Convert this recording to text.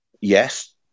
Yes